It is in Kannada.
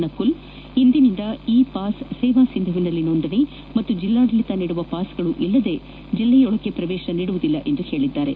ನಕುಲ್ ಇಂದಿನಿಂದ ಇ ಪಾಸ್ ಸೇವಾ ಸಿಂಧುವಿನಲ್ಲಿ ನೋಂದಣಿ ಮತ್ತು ಜಿಲ್ಲಾಡಳಿತ ನೀಡುವ ಪಾಸ್ ಗಳಿಲ್ಲದೇ ಜಿಲ್ಲೆಗೆ ಪ್ರವೇಶ ನೀಡುವುದಿಲ್ಲ ಎಂದಿದ್ದಾರೆ